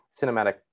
cinematic